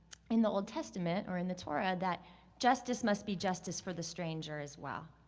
in the old testament, or in the torah, that justice must be justice for the stranger as well.